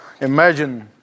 imagine